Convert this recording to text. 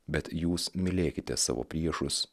bet jūs mylėkite savo priešus